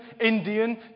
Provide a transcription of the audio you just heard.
Indian